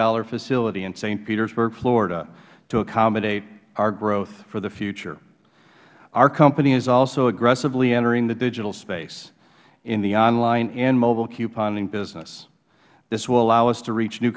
million facility in saint petersburg florida to accommodate our growth for the future our company is also aggressively entering the digital space in the online and mobile couponing business this will allow us to reach new